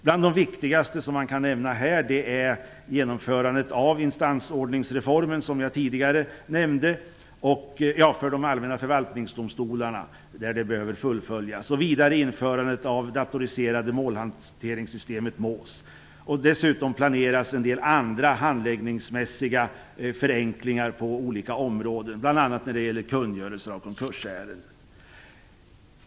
Bland de viktigaste som kan nämnas här är genomförandet av instansordningsreformen för de allmänna förvaltningsdomstolarna, som jag tidigare nämnde, och vidare införandet av det datoriserade målhanteringssystemet MÅHS. Dessutom planeras en del andra handläggningsmässiga förenklingar på olika områden, bl.a. när det gäller kungörelser av konkursärenden.